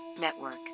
network